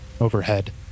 overhead